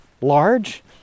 large